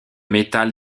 métal